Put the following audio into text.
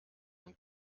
dem